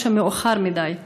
או שמאוחר מדי.